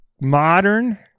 modern